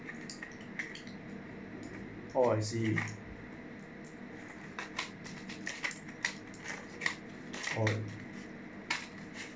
oh I see oh